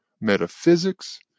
metaphysics